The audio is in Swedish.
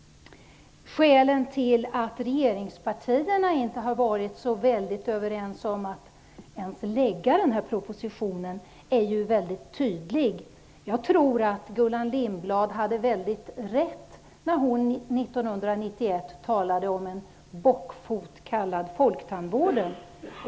Skälet till att regeringspartierna inte har varit så särskilt överens om att ens lägga fram propositionen är mycket tydligt. Jag tror att Gullan Lindblad hade väldigt rätt, när hon 1991 talade om en bockfot, kallad folktandvården.